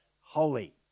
holy